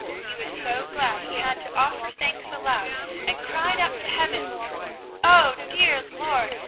he was so glad he had to offer thanks aloud and cried up to heaven oh, dear lord,